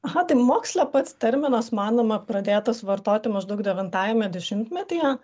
aha tai moksle pats terminas manoma pradėtas vartoti maždaug devintajame dešimtmetyje